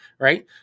right